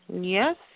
Yes